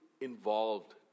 involved